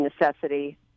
necessity